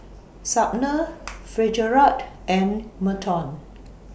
Sumner Fitzgerald and Merton